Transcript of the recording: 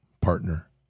partner